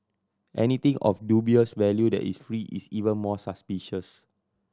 anything of dubious value that is free is even more suspicious